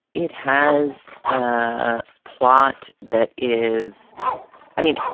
it has a plot that is i mean,